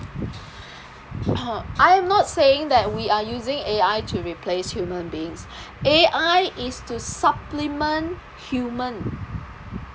I am not saying that we are using A_I to replace human beings A_I is to supplement human